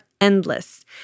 endless